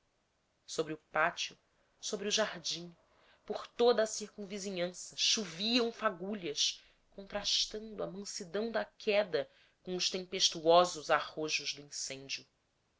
sobre o pátio sobre o jardim por toda a circunvizinhança choviam fagulhas contrastando a mansidão da queda com os tempestuosos arrojos do incêndio